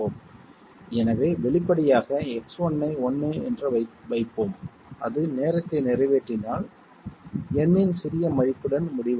எனவே வெளிப்படையாக X1 ஐ 1 என்று வைப்போம் அது நோக்கத்தை நிறைவேற்றினால் n இன் சிறிய மதிப்புடன் முடிவடையும்